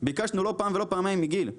ביקשנו לא פעם ולא פעמיים מגיל,